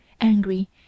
angry